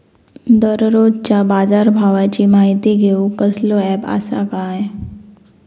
दररोजच्या बाजारभावाची माहिती घेऊक कसलो अँप आसा काय?